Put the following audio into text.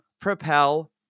propel